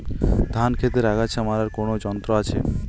ধান ক্ষেতের আগাছা মারার কোন যন্ত্র আছে?